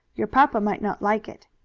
your papa might not like it.